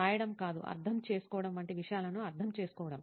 రాయడం కాదు అర్థం చేసుకోవడం వంటి విషయాలను అర్థం చేసుకోవడం